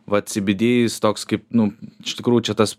vat sybydy jis toks kaip nu iš tikrųjų čia tas